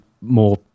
more